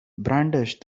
brandished